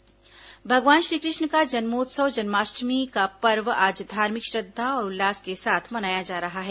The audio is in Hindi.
जन्माष्टमी भगवान श्रीकृष्ण का जन्मोत्सव जन्माष्टमी आज धार्मिक श्रद्धा और उल्लास के साथ मनाया जा रहा है